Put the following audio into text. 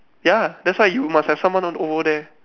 ya that's why you must have someone over there